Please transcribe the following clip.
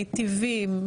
מיטיבים,